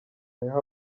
umuheha